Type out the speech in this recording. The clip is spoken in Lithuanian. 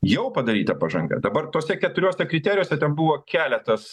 jau padaryta pažanga dabar tuose keturiuose kriterijuose ten buvo keletas